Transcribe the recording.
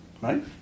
Right